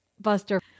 buster